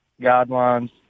guidelines